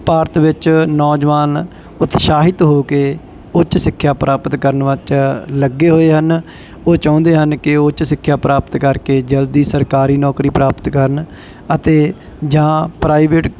ਭਾਰਤ ਵਿੱਚ ਨੌਜਵਾਨ ਉਤਸ਼ਾਹਿਤ ਹੋ ਕੇ ਉੱਚ ਸਿੱਖਿਆ ਪ੍ਰਾਪਤ ਕਰਨ ਵਿੱਚ ਲੱਗੇ ਹੋਏ ਹਨ ਉਹ ਚਾਹੁੰਦੇ ਹਨ ਕਿ ਉੱਚ ਸਿੱਖਿਆ ਪ੍ਰਾਪਤ ਕਰਕੇ ਜਲਦੀ ਸਰਕਾਰੀ ਨੌਕਰੀ ਪ੍ਰਾਪਤ ਕਰਨ ਅਤੇ ਜਾਂ ਪ੍ਰਾਈਵੇਟ